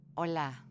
Hola